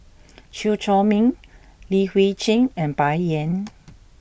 Chew Chor Meng Li Hui Cheng and Bai Yan